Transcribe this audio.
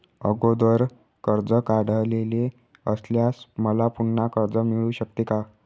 अगोदर कर्ज काढलेले असल्यास मला पुन्हा कर्ज मिळू शकते का?